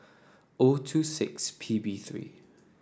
O two six P B three